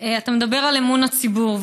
אתה מדבר על אמון הציבור,